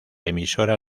emisora